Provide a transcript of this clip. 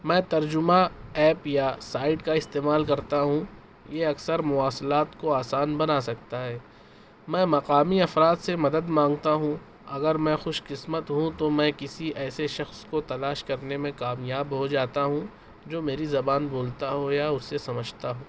میں ترجمہ ایپ یا سائڈ کا استعمال کرتا ہوں یہ اکثر مواصلات کو آسان بنا سکتا ہے میں مقامی افراد سے مدد مانگتا ہوں اگر میں خوش قسمت ہوں تو میں کسی ایسے شخص کو تلاش کرنے میں کامیاب ہو جاتا ہوں جو میری زبان بولتا ہو یا اسے سمجھتا ہو